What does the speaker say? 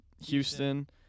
Houston